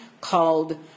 called